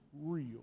real